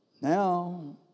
now